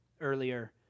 earlier